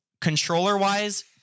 controller-wise